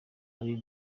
ari